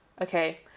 Okay